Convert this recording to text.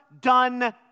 done